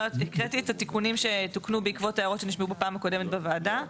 הקראתי את התיקונים שתוקנו בעקבות ההערות שנשמעו בפעם הקודמת בוועדה.